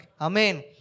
Amen